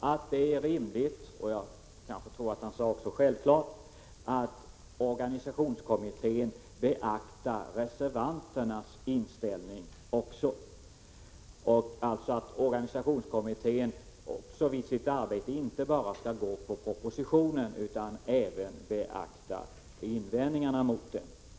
att det är rimligt — och jag tror också att han sade att det var självklart — att organisationskommittén skall beakta också reservanternas inställning. Organisationskommittén skall alltså i sitt arbete inte bara gå på propositionen utan även beakta invändningarna.